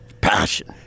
Passion